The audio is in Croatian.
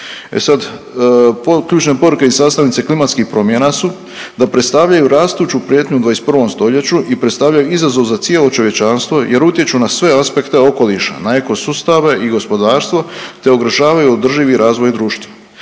E sad ključne poruke i sastavnice klimatskih promjena su da predstavljaju rastuću prijetnju u 21. stoljeću i predstavljaju izazov za cijelo čovječanstvo jer utječu na sve aspekte okoliša, na ekosustave i gospodarstvo te ugrožavaju održivi razvoj društva.